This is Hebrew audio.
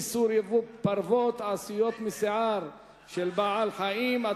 איסור ייבוא פרוות העשויות משיער של בעלי-חיים),